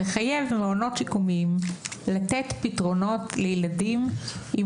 שמחייב מעונות שיקומיים לתת פתרונות לילדים עם